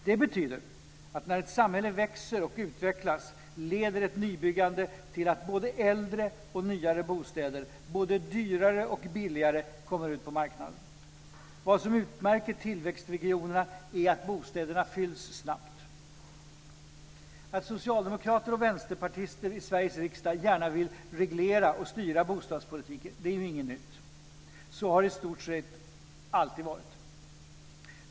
Det betyder följande: När ett samhälle växer och utvecklas leder ett nybyggande till att både äldre och nyare bostäder - både dyrare och billigare - kommer ut på marknaden. Vad som utmärker tillväxtregionerna är att bostäderna fylls snabbt. Att socialdemokrater och vänsterpartister i Sveriges riksdag gärna vill reglera och styra bostadspolitiken är inget nytt. Så har det i stort sett alltid varit.